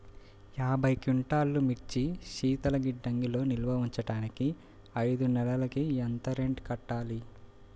యాభై క్వింటాల్లు మిర్చి శీతల గిడ్డంగిలో నిల్వ ఉంచటానికి ఐదు నెలలకి ఎంత రెంట్ కట్టాలి?